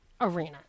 arena